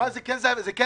זה כן הוויכוח.